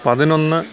പതിനൊന്ന്